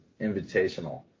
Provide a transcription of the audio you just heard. Invitational